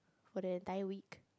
for the entire week